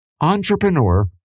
entrepreneur